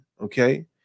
Okay